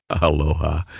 Aloha